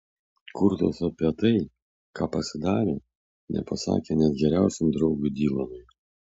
kurtas apie tai ką pasidarė nepasakė net geriausiam draugui dylanui